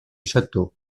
château